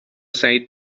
سعید